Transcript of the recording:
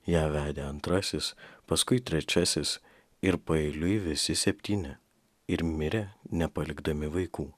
ją vedė antrasis paskui trečiasis ir paeiliui visi septyni ir mirė nepalikdami vaikų